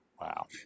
Wow